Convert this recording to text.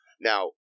Now